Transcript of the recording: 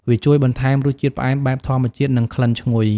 វាជួយបន្ថែមរសជាតិផ្អែមបែបធម្មជាតិ និងក្លិនឈ្លុយ។